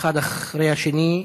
אחד אחרי השני,